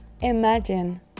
imagine